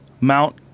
Mount